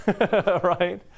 Right